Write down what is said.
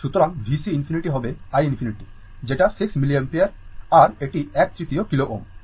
সুতরাং VC ∞ হবে i ∞ যেটা 6 মিলিঅ্যাম্পিয়ার আর এটি এক তৃতীয় kilo Ω